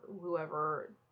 whoever